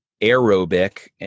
aerobic